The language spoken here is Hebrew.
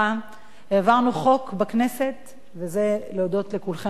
העברנו חוק בכנסת, וזה הודות לכולכם ולכולכן.